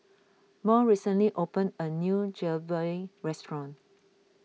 Murl recently opened a new Jalebi restaurant